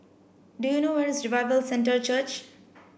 do you know where is Revival Centre Church